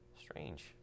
strange